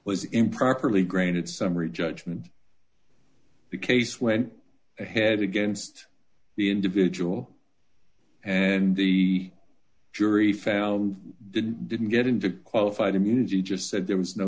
was improperly granted summary judgment the case went ahead against the individual and the jury found didn't didn't get into a qualified immunity just said there was no